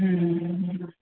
હં